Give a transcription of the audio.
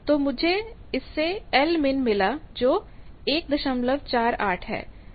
तो इससे मुझे lmin मिला जो कि 148 है